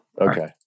Okay